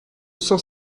cent